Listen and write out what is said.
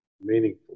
meaningful